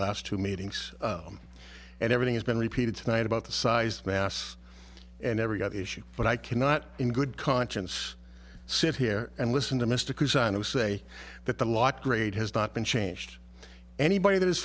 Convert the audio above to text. last two meetings and everything has been repeated tonight about the size of mass and every other issue but i cannot in good conscience sit here and listen to mr cusano say that the lock grade has not been changed anybody that is